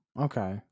okay